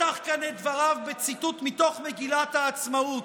פתח כאן את דבריו בציטוט מתוך מגילת העצמאות,